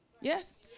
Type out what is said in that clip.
yes